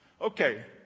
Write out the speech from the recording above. okay